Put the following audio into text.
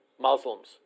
Muslims